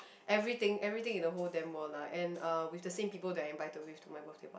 everything everything in the whole demo lah and uh with the same people that I invited with to my birthday